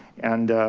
and